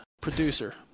producer